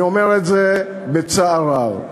אני אומר את זה בצער רב.